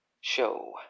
Show